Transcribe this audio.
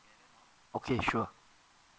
okay sure